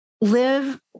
live